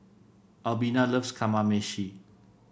Albina loves Kamameshi